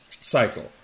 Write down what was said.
cycle